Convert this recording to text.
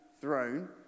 throne